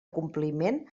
compliment